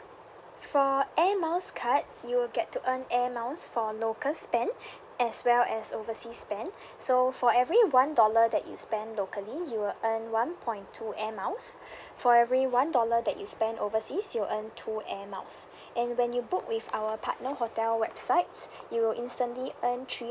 for air miles card you will get to earn air miles for local spend as well as overseas spend so for every one dollar that you spend locally you will earn one point two air miles for every one dollar that you spend overseas you'll earn two air miles and when you book with our partner hotel websites you will instantly earn three